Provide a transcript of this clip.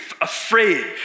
afraid